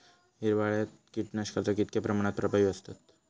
हिवाळ्यात कीटकनाशका कीतक्या प्रमाणात प्रभावी असतत?